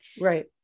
Right